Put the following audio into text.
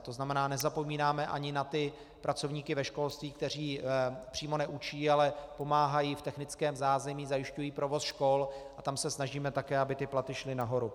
To znamená, nezapomínáme ani na ty pracovníky ve školství, kteří přímo neučí, ale pomáhají v technickém zázemí, zajišťují provoz škol, a tam se snažíme také, aby platy šly nahoru.